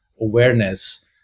awareness